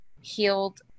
healed